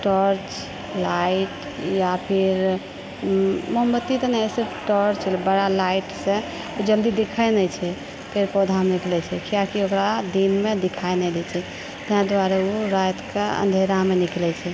torch light या फिर मोमबत्ती तऽ नहि सिर्फ टॉर्च बड़ा लाइटसँ जल्दी देखाए नहि छै पेड़ पौधामे निकलए छै किआकि ओकरा दिनमे दिखाइ नहि दए छै तहि दुआरे ओ रातिकेँ अँधेरामे निकलए छै